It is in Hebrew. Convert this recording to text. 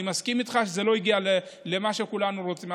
אני מסכים איתך שזה לא הגיע למה שכולנו רוצים,